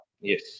yes